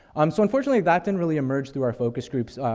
um, so unfortunately, that didn't really emerge through our focus groups,